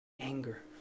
Anger